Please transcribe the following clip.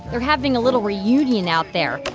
they're having a little reunion out there.